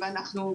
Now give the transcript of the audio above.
ואנחנו